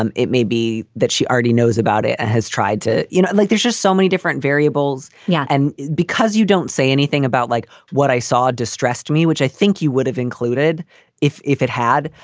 um it may be that she already knows about it and has tried to, you know, like there's just so many different variables. yeah. and because you don't say anything about like what i saw distressed me, which i think you would have included if if it had.